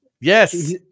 Yes